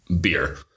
beer